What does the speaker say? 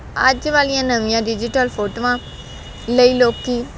ਅੱਜ ਵਾਲੀਆਂ ਨਵੀਆਂ ਡਿਜੀਟਲ ਫੋਟੋਆਂ ਲਈ ਲੋਕੀ